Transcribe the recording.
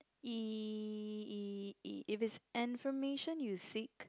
E_E_E if it's information you seek